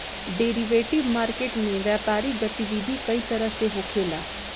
derivative market में व्यापारिक गतिविधि कई तरह से होखेला